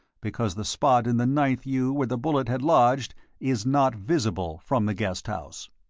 because the spot in the ninth yew where the bullet had lodged is not visible from the guest house.